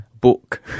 Book